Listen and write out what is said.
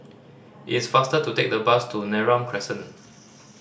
it's faster to take the bus to Neram Crescent